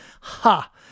ha